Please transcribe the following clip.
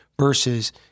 versus